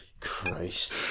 Christ